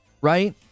Right